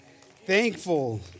thankful